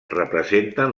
representen